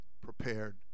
prepared